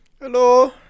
Hello